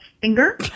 finger